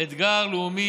אתגר לאומי,